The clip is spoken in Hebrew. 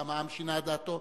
גם העם שינה את דעתו,